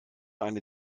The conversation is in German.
eine